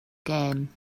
gêm